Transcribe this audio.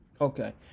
okay